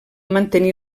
mantenir